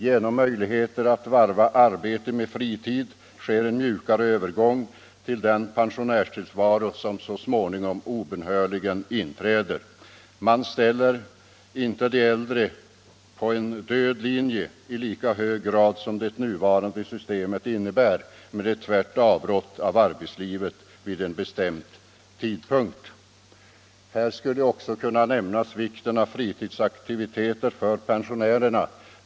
Genom möjlighet att varva arbete med fritid sker en mjukare övergång till en pensionärstillvaro som så småningom obönhörligen inträder. Man ställer inte de äldre på en ”död linje” i lika hög grad som det nuvarande systemet innebär med ett tvärt avbrott av arbetslivet vid en bestämd tidpunkt. Här skulle också kunna nämnas vikten av fritidsaktivitet för pensionärer.